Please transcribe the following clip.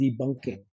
debunking